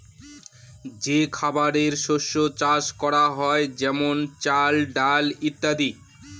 যে খাবারের শস্য চাষ করা হয় যেমন চাল, ডাল ইত্যাদি